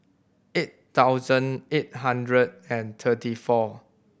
eight thousand eight hundred and thirty four